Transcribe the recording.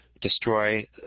destroy